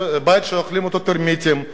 בית שאוכלים אותו טרמיטים,